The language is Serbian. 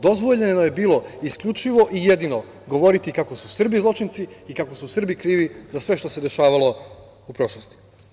Dozvoljeno je bilo isključivo i jedino govoriti kako su Srbi zločinci i kako su Srbi krivi za sve što se dešavalo u prošlosti.